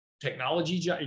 technology